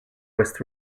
west